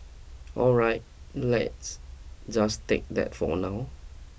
alright let's just take that for now